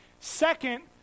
Second